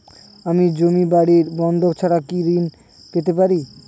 আমি জমি বাড়ি বন্ধক ছাড়া কি ঋণ পেতে পারি?